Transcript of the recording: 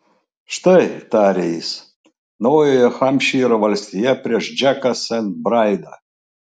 štai tarė jis naujojo hampšyro valstija prieš džeką sent braidą